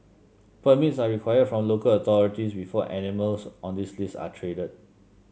permits are required from local authorities before animals on this list are traded